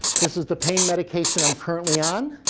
this is the pain medication i'm currently on.